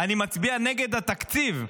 אני מצביע נגד התקציב.